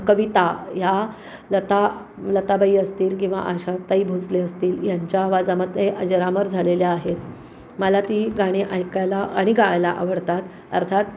कविता ह्या लता लताबाई असतील किंवा आशाताई भोसले असतील यांच्या आवाजामध्ये अजरामर झालेल्या आहेत मला ती गाणी ऐकायला आणि गायला आवडतात अर्थात